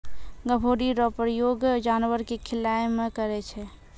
गभोरी रो प्रयोग जानवर के खिलाय मे करै छै